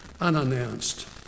unannounced